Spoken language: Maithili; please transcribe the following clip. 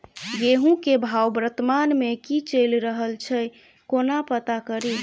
गेंहूँ केँ भाव वर्तमान मे की चैल रहल छै कोना पत्ता कड़ी?